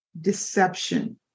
deception